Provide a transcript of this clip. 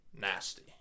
nasty